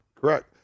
correct